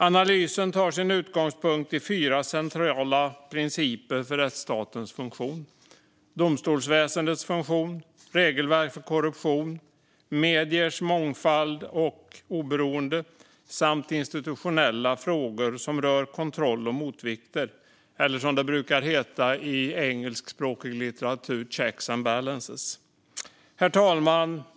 Analysen tar sin utgångspunkt i fyra centrala principer för rättsstatens funktionssätt: domstolsväsendets funktion, regelverk för korruptionsbekämpning, mediers mångfald och oberoende samt institutionella frågor som rör kontroll och motvikter - eller checks and balances, som det brukar heta i engelskspråkig litteratur. Herr talman!